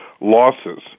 losses